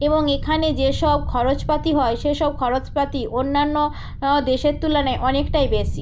এবং এখানে যেসব খরচপাতি হয় সেসব খরচপাতি অন্যান্য দেশের তুলনায় অনেকটাই বেশি